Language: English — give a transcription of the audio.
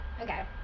Okay